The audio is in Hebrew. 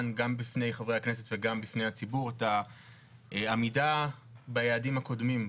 גם בפני חברי הכנסת וגם בפני הציבור את העמידה ביעדים הקודמים.